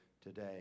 today